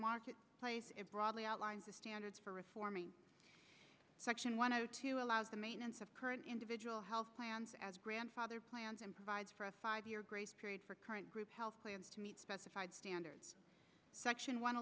market broadly outlines the standards for reforming section one zero two allows the maintenance of current individual health plans as grandfather plans and provides for a five year grace period for current group health plans to meet specified standards section one